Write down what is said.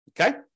Okay